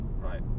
Right